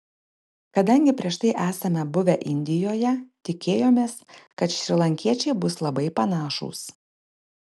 kadangi prieš tai esame buvę indijoje tikėjomės kad šrilankiečiai bus labai panašūs